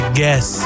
guess